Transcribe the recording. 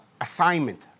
assignment